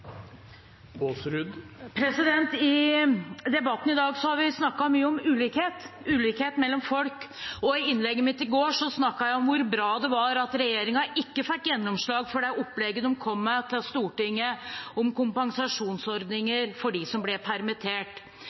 I debatten i dag har vi snakket mye om ulikhet – ulikhet mellom folk – og i innlegget mitt i går snakket jeg om hvor bra det var at regjeringen ikke fikk gjennomslag for det opplegget de kom med til Stortinget om kompensasjonsordninger for dem som ble permittert.